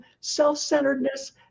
self-centeredness